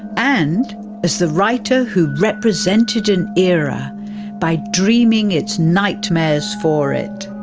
and as the writer who represented an era by dreaming its nightmares for it.